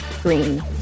Green